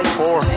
four